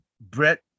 Brett